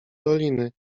doliny